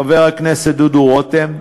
חבר הכנסת דודו רותם,